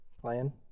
playing